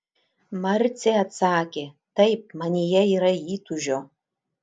marcė atsakė taip manyje yra įtūžio